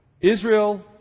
Israel